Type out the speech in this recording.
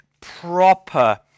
proper